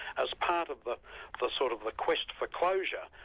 as part of the the sort of the quest for closure.